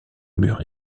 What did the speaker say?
murs